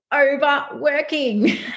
overworking